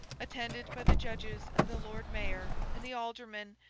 attended by the judges, and the lord mayor, and the aldermen,